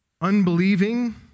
unbelieving